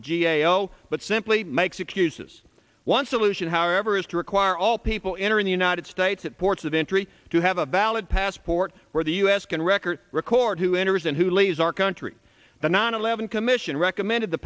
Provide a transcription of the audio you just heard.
the g a o but simply makes excuses one solution however is to require all people entering the united states at ports of entry to have a valid passport where the u s can record record who enters and who leaves our country the nine eleven commission recommended the